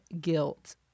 guilt